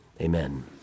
amen